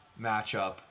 matchup